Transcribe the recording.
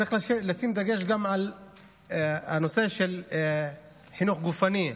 צריך לשים דגש גם על הנושא של חינוך גופני,